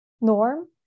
norm